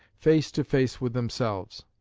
face to face with themselves.